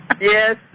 yes